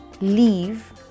leave